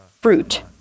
fruit